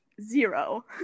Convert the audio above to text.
zero